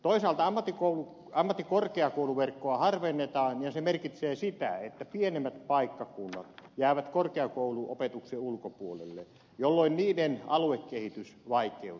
toisaalta ammattikorkeakouluverkkoa harvennetaan ja se merkitsee sitä että pienemmät paikkakunnat jäävät korkeakouluopetuksen ulkopuolelle jolloin niiden aluekehitys vaikeutuu